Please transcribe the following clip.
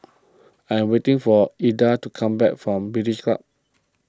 I am waiting for Hilda to come back from British Club